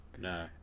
No